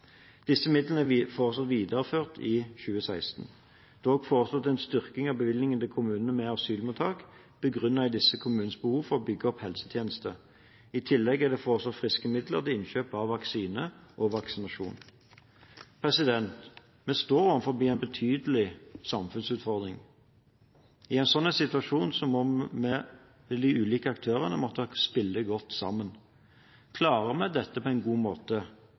Disse midlene får vi også videreført i 2016. Det er også foreslått en styrking av bevilgningene til kommunene med asylmottak begrunnet i disse kommunenes behov for å bygge opp helsetjenester. I tillegg er det foreslått friske midler til innkjøp av vaksine og vaksinasjon. Vi står overfor en betydelig samfunnsutfordring. I en slik situasjon må de ulike aktørene spille godt sammen. Klarer vi dette på en god måte,